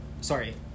Sorry